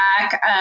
back